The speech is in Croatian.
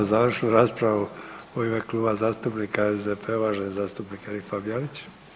Evo završnu raspravu u ime Kluba zastupnika SDP-a uvaženi zastupnik Erik Fabijanić.